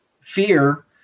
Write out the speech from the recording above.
fear